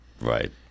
Right